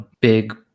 big